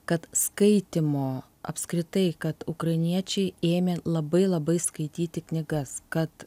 kad skaitymo apskritai kad ukrainiečiai ėmė labai labai skaityti knygas kad